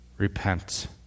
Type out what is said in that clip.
Repent